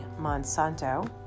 Monsanto